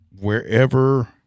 wherever